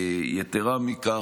יתרה מזו,